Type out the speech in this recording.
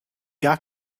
gar